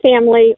family